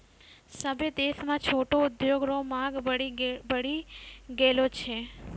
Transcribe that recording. सभ्भे देश म छोटो उद्योग रो मांग बड्डी बढ़ी गेलो छै